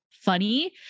funny